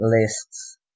lists